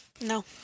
no